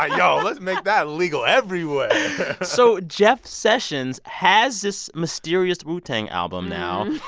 ah yo, let's make that legal everywhere so jeff sessions has this mysterious wu-tang album now.